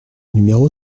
numéro